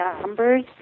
numbers